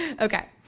Okay